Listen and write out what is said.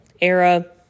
era